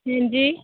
ਹਾਂਜੀ